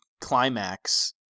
climax